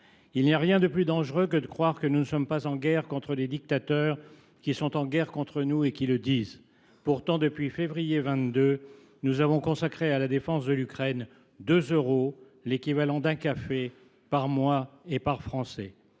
Il n’y a rien de plus dangereux que de croire que nous ne sommes pas en guerre contre des dictateurs qui le sont contre nous et qui le disent. Pourtant, depuis février 2022, nous avons consacré à la défense de l’Ukraine 2 euros, l’équivalent d’un café, par mois et par Français.